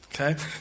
Okay